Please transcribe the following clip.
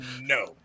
no